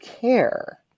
care